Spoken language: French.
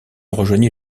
rejoignit